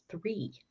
three